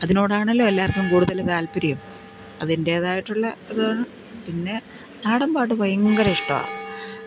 അതിനോടാണല്ലോ എല്ലാവർക്കും കൂടുതൽ താൽപ്പര്യം അതിൻറേതായിട്ടുള്ള ഇത് പിന്നെ നാടൻ പാട്ട് ഭയങ്കര ഇഷ്ടമാണ്